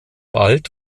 bald